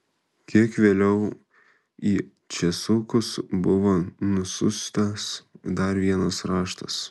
kiek vėliau į česukus buvo nusiųstas dar vienas raštas